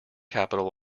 capital